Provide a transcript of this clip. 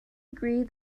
agreed